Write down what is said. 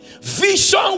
Vision